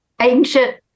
ancient